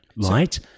Right